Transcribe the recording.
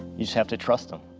you just have to trust him.